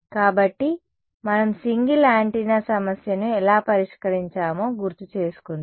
కాబట్టి మనం single antenna సమస్యను ఎలా పరిష్కరించామో గుర్తుచేసుకుందాం